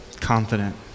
confident